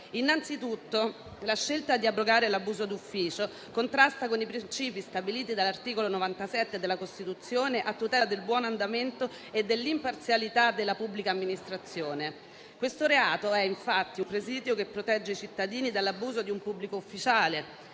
Innanzitutto, la scelta di abrogare l'abuso d'ufficio contrasta con i principi stabiliti dall'articolo 97 della Costituzione a tutela del buon andamento e dell'imparzialità della pubblica amministrazione. Questo reato è infatti un presidio che protegge i cittadini dall'abuso di un pubblico ufficiale: